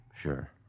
Sure